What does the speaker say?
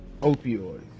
opioids